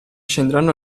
scendere